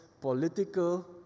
political